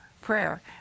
prayer